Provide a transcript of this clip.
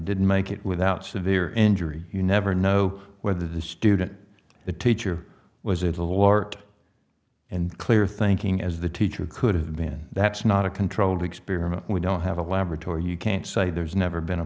didn't make it without severe injury you never know whether the student the teacher was a little art and clear thinking as the teacher could have been that's not a controlled experiment we don't have a laboratory you can't say there's never been a